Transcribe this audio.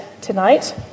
tonight